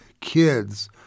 kids